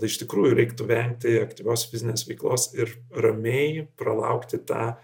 iš tikrųjų reiktų vengti aktyvios fizinės veiklos ir ramiai pralaukti tą